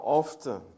often